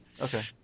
Okay